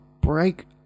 break